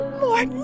more